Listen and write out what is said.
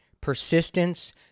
persistence